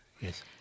Yes